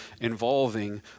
involving